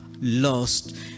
lost